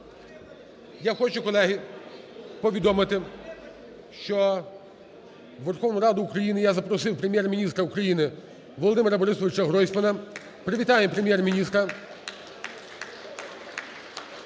Я хочу, колеги, повідомити, що у Верховну Раду України я запросив Прем’єр-міністра України Володимира БорисовичаГройсмана. Привітаємо Прем’єр-міністра.